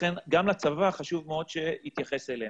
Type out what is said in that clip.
לכן גם לצבא חשוב מאוד שיתייחס אליהם.